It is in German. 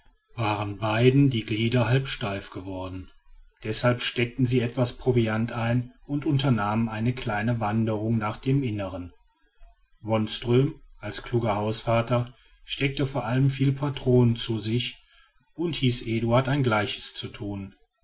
waren beiden die glieder halbsteif geworden deshalb steckten sie etwas proviant ein und unternahmen eine kleine wanderung nach dem inneren wonström als kluger hausvater steckte vor allen viel patronen zu sich und hieß eduard ein gleiches zu thun